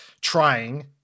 trying